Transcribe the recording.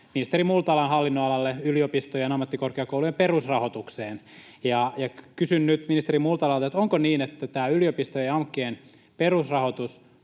ministeri Multalan hallinnonalalle yliopistojen ja ammattikorkeakoulujen perusrahoitukseen. Kysyn nyt ministeri Multalalta: Onko niin, että yliopistojen ja AMKien perusrahoitus